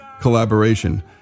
collaboration